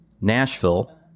Nashville